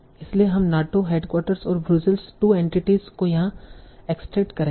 इसलिए हम NATO headquarters और ब्रुसेल्स 2 एंटिटीस को यहाँ एक्सट्रेक्ट करेंगे